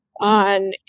on